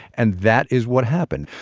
and that is what happened.